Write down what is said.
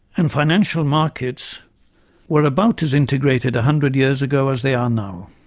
and financial markets were about as integrated a hundred years ago as they are now.